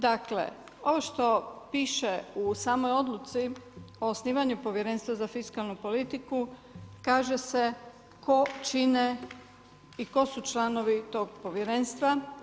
Dakle ovo što piše u samoj odluci o osnivanju Povjerenstva za fiskalnu politiku kaže se ko čine i ko su članovi tog povjerenstva.